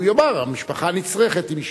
הוא יאמר: המשפחה הנצרכת היא משפחתי,